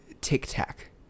tic-tac